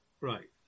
Right